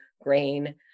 grain